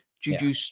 Juju